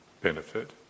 benefit